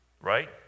right